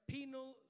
Penal